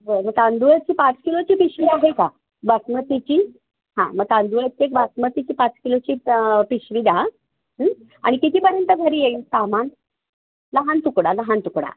ब मग तांदूळाची पाच किलोची पिशवी आहे का बासमतीची हां मग तांदूळाचे बासमतीची पाच किलोची पिशवी द्या आणि कितीपर्यंत घरी येईल सामान लहान तुकडा लहान तुकडा